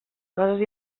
coses